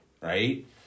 Right